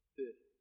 Stiff